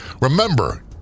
remember